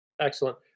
Excellent